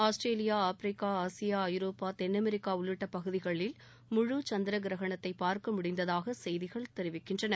Australia Africa Asia Europe தென்அமெரிக்கா உள்ளிட்ட பகுதிகளில் முழு சந்திர கிரகணத்தை பார்க்க முடிந்ததாக செய்திகள் தெரிவிக்கின்றன